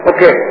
Okay